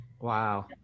Wow